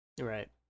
right